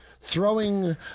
throwing